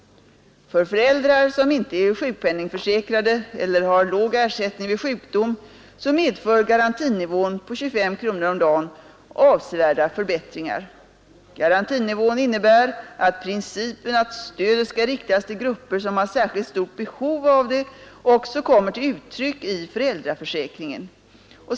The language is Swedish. För föräldrar som inte är sjukpenningförsäkrade eller har låg ersättning vid sjukdom medför garantinivån på 25 kronor per dag avsevärda förbättringar. Garantinivån innebär att principen att stödet skall riktas till grupper som har särskilt stort behov av det också kommer till uttryck i föräldraförsäkringen.